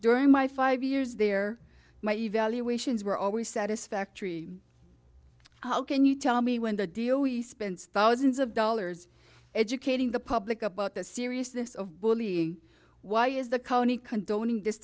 during my five years there my evaluations were always satisfactory how can you tell me when the deal we spent thousands of dollars educating the public about the seriousness of bullying why is the county condoning this